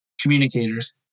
communicators